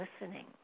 listening